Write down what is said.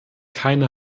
keine